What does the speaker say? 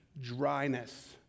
dryness